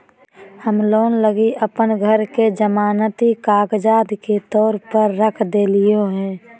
हम लोन लगी अप्पन घर के जमानती कागजात के तौर पर रख देलिओ हें